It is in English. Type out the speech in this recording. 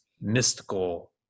mystical